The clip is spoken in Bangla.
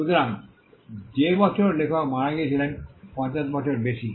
সুতরাং যে বছর লেখক মারা গিয়েছিলেন 50 বছর বেশি